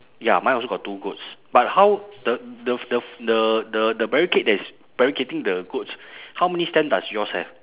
ya mine also got two goats but how the the the the the barricade that is barricading the goats how many stands does yours have